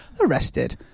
Arrested